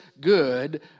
good